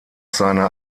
seiner